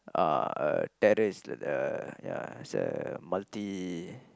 uh a terrace the ya it's a multi